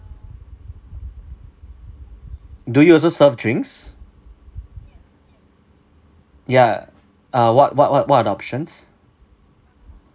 do you also serve drinks ya uh what what what what are the options